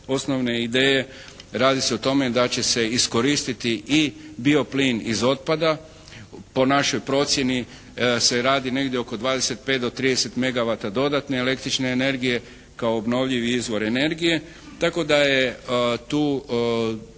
osnovne ideje. Radi se o tome da će se iskoristiti i bio plin iz otpada. Po našoj procjeni se radi negdje oko 25 do 30 mega vata dodatne električne energije kao obnovljivi izvor energije, tako da je tu